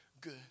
good